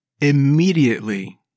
Immediately